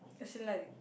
as in like